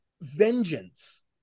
Vengeance